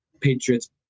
Patriots